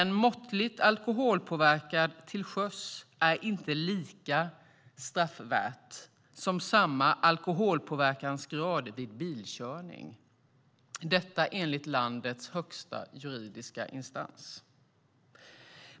En måttlig alkoholpåverkansgrad till sjöss har alltså inte lika högt straffvärde som samma alkoholpåverkansgrad vid bilkörning - detta enligt landets högsta juridiska instans.